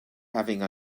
having